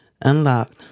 Unlocked